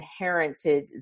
inherited